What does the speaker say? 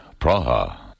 Praha